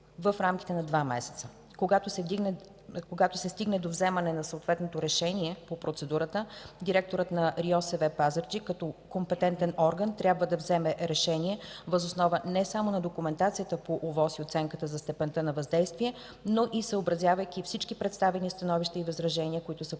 в рамките на два месеца. Когато се стигне до вземане на решение по процедурата, директорът на РИОСВ – Пазарджик, като компетентен орган трябва да вземе решение въз основа не само на документацията по ОВОС и оценката за степента на въздействие, но и съобразявайки всички представени становища и възражения, които са постъпили